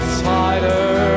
tighter